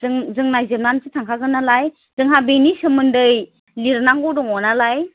जों जों नायजोबनानैसो थांखागोन नालाय जोंहा बेनि सोमोन्दै लिरनांगौ दङ नालाय